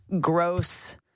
gross